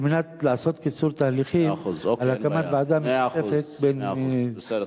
על מנת לעשות קיצור תהליכים על הקמת ועדה משותפת.